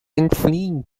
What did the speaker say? entfliehen